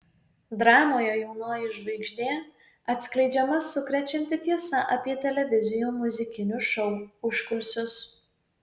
dramoje jaunoji žvaigždė atskleidžiama sukrečianti tiesa apie televizijų muzikinių šou užkulisius